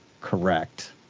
correct